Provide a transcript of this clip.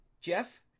Jeff